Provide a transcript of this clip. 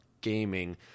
gaming